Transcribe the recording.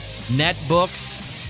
netbooks